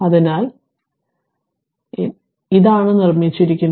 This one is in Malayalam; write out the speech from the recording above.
അതിനാൽ അതാണ് നിർമ്മിച്ചിരിക്കുന്നത്